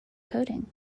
coding